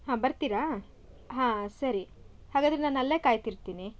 ಹಾಂ ಬರ್ತೀರಾ ಹಾಂ ಸರಿ ಹಾಗಾದರೆ ನಾನು ಅಲ್ಲೆ ಕಾಯ್ತಿರ್ತೀನಿ